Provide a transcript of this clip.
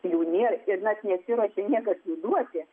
jų nėr ir net nesiruošia niekas jų duoti